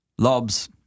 Lobs